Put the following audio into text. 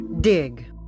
Dig